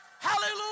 Hallelujah